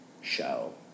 show